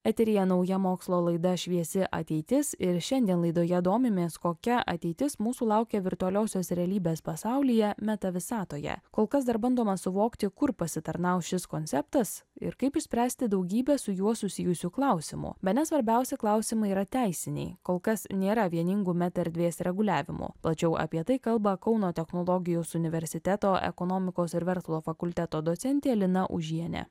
eteryje nauja mokslo laida šviesi ateitis ir šiandien laidoje domimės kokia ateitis mūsų laukia virtualiosios realybės pasaulyje meta visatoje kol kas dar bandoma suvokti kur pasitarnaus šis konceptas ir kaip išspręsti daugybę su juo susijusių klausimų bene svarbiausi klausimai yra teisiniai kol kas nėra vieningų meta erdvės reguliavimų plačiau apie tai kalba kauno technologijos universiteto ekonomikos ir verslo fakulteto docentė lina užienė